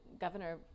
Governor